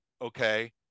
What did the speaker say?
okay